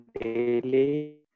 daily